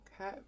okay